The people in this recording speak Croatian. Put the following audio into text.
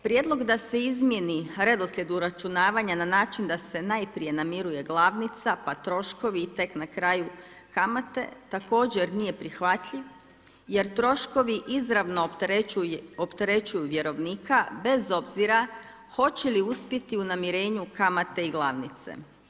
Prijedlog da se izmijeni redoslijed uračunavanja na način da se najprije namiruje glavnica pa troškovi i tek na kraju kamate, također nije prihvatljiv jer troškovi izravno opterećuju vjerovnika, bez obzira hoće li uspjeti u namirenju kamate i glavnice.